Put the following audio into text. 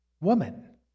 woman